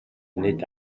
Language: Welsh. nid